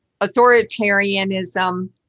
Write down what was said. authoritarianism